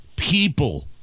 People